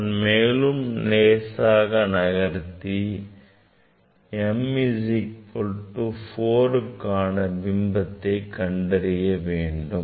அடுத்து நான் லேசாக நகர்த்தி m equal to 4க்கான பிம்பத்தை கண்டறிய வேண்டும்